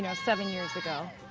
yeah seven years ago?